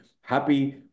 happy